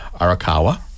Arakawa